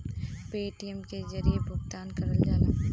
Paytm के जरिये भुगतान करल जाला